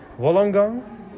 Wollongong